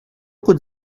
could